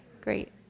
great